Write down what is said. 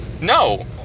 no